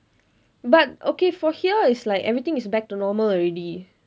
but okay for here is like everything is back to normal already